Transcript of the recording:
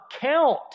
count